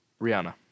Rihanna